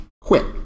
quit